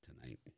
tonight